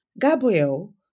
Gabriel